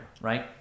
right